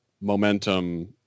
momentum